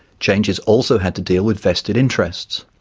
changes also had to deal with vested interests.